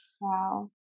wow